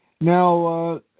Now